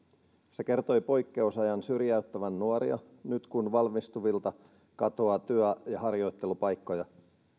se kertoi poikkeusajan syrjäyttävän nuoria nyt kun valmistuvilta katoaa työ ja harjoittelupaikkoja